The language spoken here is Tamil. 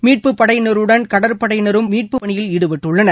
மீட்புப் படையினருடன் கடற்படையினரும் மீட்பு பணியில் ஈடுபட்டுள்ளனர்